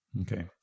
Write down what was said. Okay